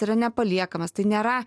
yra nepaliekamas tai nėra